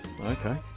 Okay